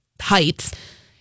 heights